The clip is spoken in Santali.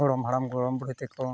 ᱜᱚᱲᱚᱢ ᱦᱟᱲᱟᱢ ᱜᱚᱲᱚᱢ ᱵᱩᱲᱦᱤ ᱛᱮᱠᱚ